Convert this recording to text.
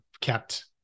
kept